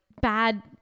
bad